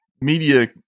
media